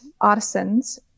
artisans